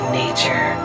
nature